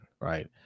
right